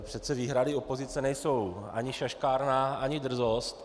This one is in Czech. Přece výhrady opozice nejsou ani šaškárna ani drzost.